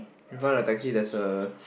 in front a taxi there's a